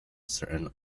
certain